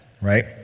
right